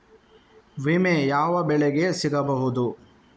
ವಿಮೆ ಯಾವ ಬೆಳೆಗೆ ಸಿಗಬಹುದು?